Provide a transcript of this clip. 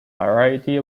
variety